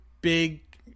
big